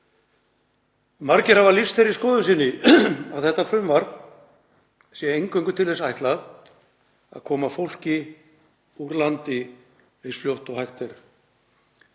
Margir hafa lýst þeirri skoðun sinni að þetta frumvarp sé eingöngu til þess ætlað að koma fólki úr landi eins fljótt og hægt er.